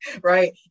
right